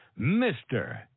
mr